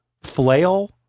flail